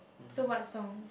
so what song